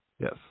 Yes